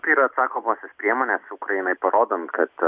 tai yra atsakomosios priemonės ukrainai parodant kad